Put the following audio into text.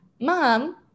mom